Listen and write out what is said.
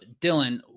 Dylan